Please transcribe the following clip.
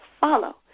follow